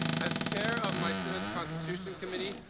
as chair of my synod's constitution committee,